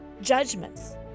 judgments